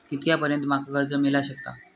कितक्या पर्यंत माका कर्ज मिला शकता?